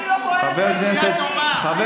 אני לא פועלת נגד חיילים.